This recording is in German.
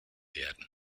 werden